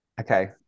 Okay